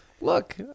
Look